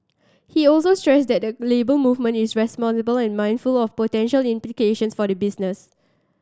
he also stressed that the Labour Movement is responsible and mindful of potential implications for the business